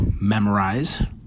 memorize